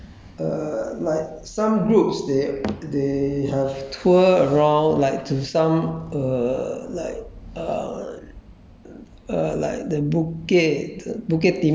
there are still some activities happening ah like some uh uh like some groups they they they have tour around like to some uh like err